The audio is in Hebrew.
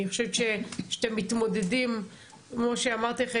אני חושבת שאתם מתמודדים כמו שאמרתי לכם